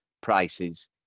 prices